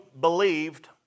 believed